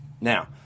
Now